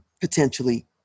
potentially